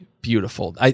beautiful